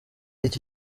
iki